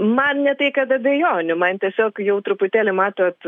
man ne tai kad abejonių man tiesiog jau truputėlį matot